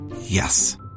Yes